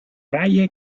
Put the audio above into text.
reihe